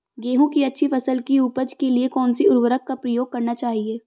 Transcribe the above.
गेहूँ की अच्छी फसल की उपज के लिए कौनसी उर्वरक का प्रयोग करना चाहिए?